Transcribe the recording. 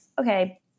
okay